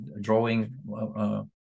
drawing